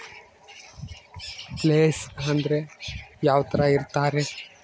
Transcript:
Place ಅಂದ್ರೆ ಯಾವ್ತರ ಇರ್ತಾರೆ?